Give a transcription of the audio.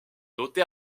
dotée